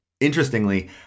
interestingly